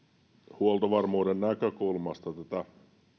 huoltovarmuuden näkökulmasta tätä